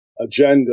agenda